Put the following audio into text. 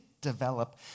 develop